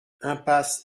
impasse